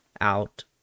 out